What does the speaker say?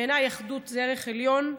בעיניי אחדות היא ערך עליון.